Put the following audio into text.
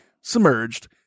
submerged